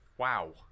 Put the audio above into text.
Wow